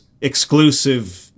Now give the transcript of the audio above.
exclusive